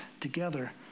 together